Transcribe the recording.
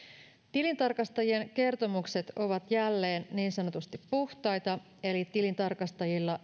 tilintarkastajien kertomukset ovat jälleen niin sanotusti puhtaita eli tilintarkastajilla